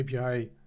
API